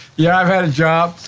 yeah, i've had a job.